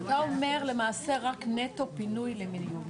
אתה אומר, למעשה, רק נטו פינוי למיון.